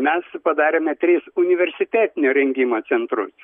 mes padarėme tris universitetinio rengimo centrus